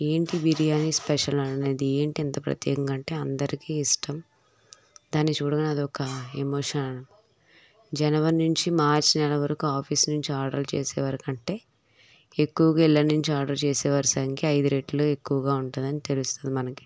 ఏంటి బిర్యానీ స్పెషల్ అనేది ఏంటి ఇంత ప్రత్యేకంగా అంటే అందరికీ ఇష్టం దాన్ని చూడగానే అదొక ఎమోషన్ జనవరి నుంచి మార్చ్ నెల వరకు ఆఫీస్ నుంచి ఆర్డర్ చేసేవరకు అంటే ఎక్కువగా ఇళ్ల నుంచే ఆర్డర్ చేసేవారి సంఖ్య ఐదురెట్లు ఎక్కువగా ఉంటుందని తెలుస్తుంది మనకి